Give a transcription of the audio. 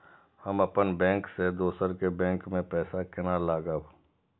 हम अपन बैंक से दोसर के बैंक में पैसा केना लगाव?